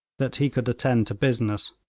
that he could attend to business.